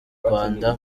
rwanda